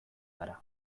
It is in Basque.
gara